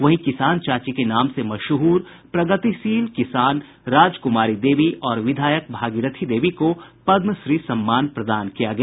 वहीं किसान चाची के नाम से मशहूर प्रगतिशील किसान राज कुमारी देवी और विधायक भागीरथी देवी को पदमश्री सम्मान प्रदान किया गया